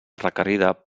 requerida